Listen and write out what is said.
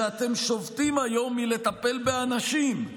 שאתם שובתים היום מלטפל באנשים?